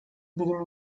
bilim